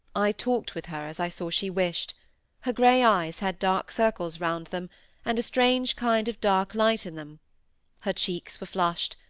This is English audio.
i talked with her, as i saw she wished her grey eyes had dark circles round them and a strange kind of dark light in them her cheeks were flushed,